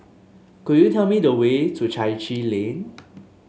could you tell me the way to Chai Chee Lane